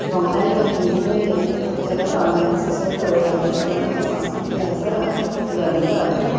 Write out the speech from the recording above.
ବଙ୍ଗାଳି ହିନ୍ଦୀ ଭଳି ଅଞ୍ଚଳର ଅନ୍ୟ ଭାଷା ସହିତ ଓଡ଼ିଆ ଭାଷାର ମଧ୍ୟ ସଂସ୍କୃତି ଭାଷାର ଜଡ଼ିତ ଅଟେ